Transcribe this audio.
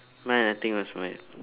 mine I think was like